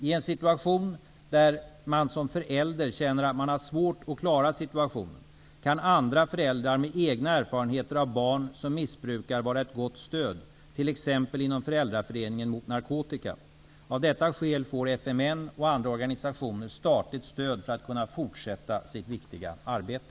I en situation där man som förälder känner att man har svårt att klara situationen kan andra föräldrar med egna erfarenheter av barn som missbrukar vara ett gott stöd, t.ex. inom Föräldraföreningen mot narkotika. Av detta skäl får FMN och andra organisationer statligt stöd för att kunna fortsätta sitt viktiga arbete.